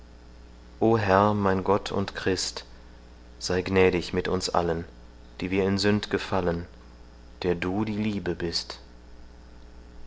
herr mein gott und christ sei gnädig mit uns allen die wir in sünd gefallen der du die liebe bist